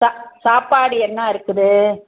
சா சாப்பாடு என்ன இருக்குது